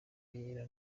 yera